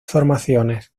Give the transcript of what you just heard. formaciones